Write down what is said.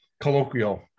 colloquial